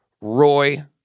Roy